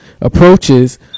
approaches